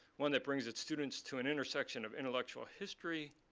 one that brings its students to an intersection of intellectual history,